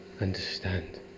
understand